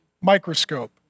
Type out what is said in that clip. microscope